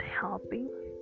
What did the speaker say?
helping